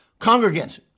Congregants